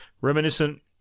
reminiscent